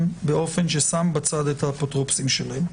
באופן ששם בצד את האפוטרופוסים שלהם.